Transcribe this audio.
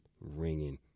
ringing